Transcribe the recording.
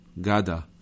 Gada